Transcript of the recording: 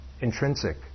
intrinsic